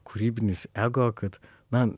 kūrybinis ego kad na